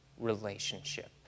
relationship